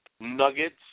Nuggets